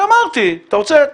שאמרתי, אתה רוצה?